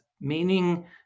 meaning